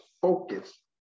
focus